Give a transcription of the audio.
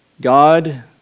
God